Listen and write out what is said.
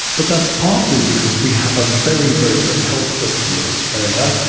but that's partly because we have a very, very good health system in australia,